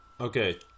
Okay